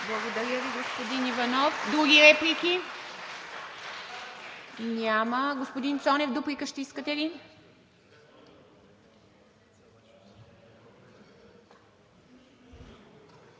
Благодаря Ви, господин Иванов. Други реплики? Няма. Господин Цонев, ще искате ли